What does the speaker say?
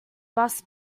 boss